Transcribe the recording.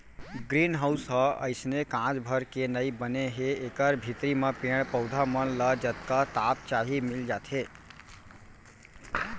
green house ह अइसने कांच भर के नइ बने हे एकर भीतरी म पेड़ पउधा मन ल जतका ताप चाही मिल जाथे